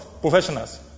professionals